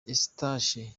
eustache